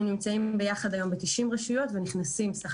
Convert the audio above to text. אנחנו נמצאים ביחד היום ב-90 רשויות ונכנסים סך